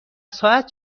ساعت